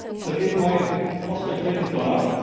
so if my cost per click has gone up,